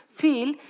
feel